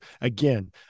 again